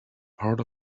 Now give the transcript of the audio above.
part